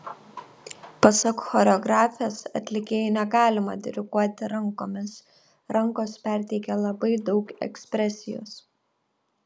pasak choreografės atlikėjui negalima diriguoti rankomis rankos perteikia labai daug ekspresijos